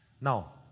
Now